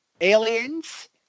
Aliens